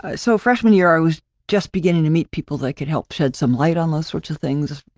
ah so, freshman year, i was just beginning to meet people that could help shed some light on those sorts of things.